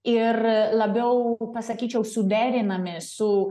ir labiau pasakyčiau suderinami su